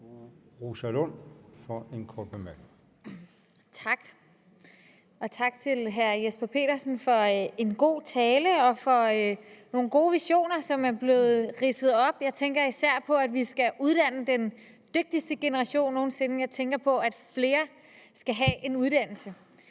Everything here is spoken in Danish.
Rosa Lund (EL): Tak til hr. Jesper Petersen for en god tale og for de gode visioner, der blev ridset op. Jeg tænker især på det med, at vi skal uddanne den dygtigste generation nogen sinde; jeg tænker på det med, at flere skal have en uddannelse.